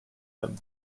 him